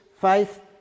faith